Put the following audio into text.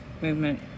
movement